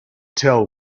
tell